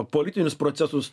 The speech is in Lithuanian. politinius procesus